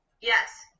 Yes